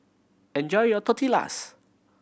enjoy your Tortillas